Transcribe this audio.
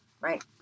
right